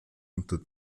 unter